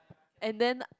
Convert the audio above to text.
and then